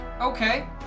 Okay